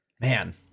man